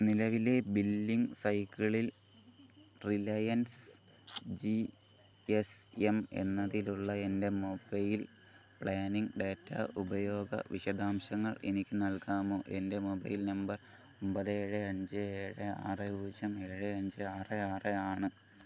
നിലവിലെ ബില്ലിംഗ് സൈക്കിളിൽ Reliance G S M എന്നതിലുള്ള എൻ്റെ മൊബൈൽ പ്ലാനിങ്ങ് ഡാറ്റ ഉപയോഗ വിശദാംശങ്ങൾ എനിക്ക് നൽകാമോ എൻ്റെ മൊബൈൽ നമ്പർ ഒമ്പത് ഏഴ് അഞ്ച് ഏഴ് ആറ് പൂജ്യം ഏഴ് അഞ്ച് ആറ് ആറ് ആണ്